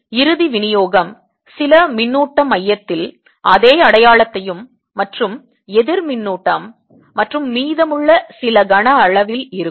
எனவே இறுதி விநியோகம் சில மின்னூட்டம் மையத்தில் அதே அடையாளத்தையும் மற்றும் எதிர் மின்னூட்டம் மற்றும் மீதமுள்ள சில கன அளவில் இருக்கும்